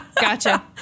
Gotcha